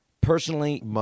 personally